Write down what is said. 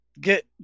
get –